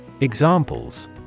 Examples